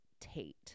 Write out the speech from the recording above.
Tate